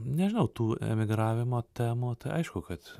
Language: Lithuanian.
nežinau tų emigravimo temų tai aišku kad